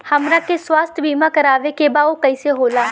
हमरा के स्वास्थ्य बीमा कराए के बा उ कईसे होला?